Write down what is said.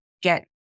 get